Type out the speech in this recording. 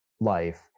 life